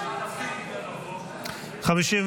הסתייגות 1 לחלופין ב לא נתקבלה.